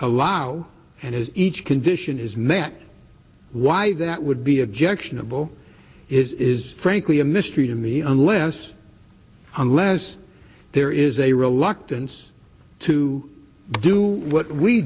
allow and as each condition is met why that would be objectionable is frankly a mystery to me unless unless there is a reluctance to do what we